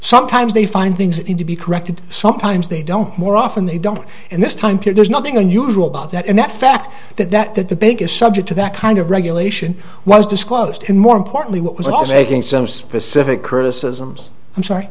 sometimes they find things that need to be corrected sometimes they don't more often they don't and this time period is nothing unusual about that and that fact that that that the biggest subject to that kind of regulation was disclosed and more importantly what was i'll say again some specific criticisms i'm sorry